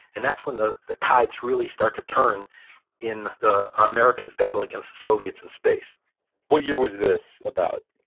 and that's when the the tides really start to turn in the americans' battle against the soviets in space what year was this, about?